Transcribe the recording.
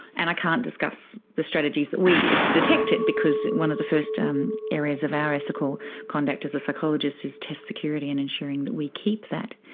and i can't discuss the strategies that we use to detect it because one of the first um areas of our ethical conduct as a psychologist is test security and ensuring that we keep that.